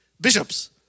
Bishops